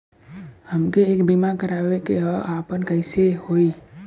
हमके एक बीमा करावे के ह आपन कईसे होई?